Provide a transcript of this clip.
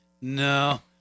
No